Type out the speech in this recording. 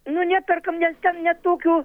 nu neperkam nes ten ne tokio